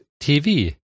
TV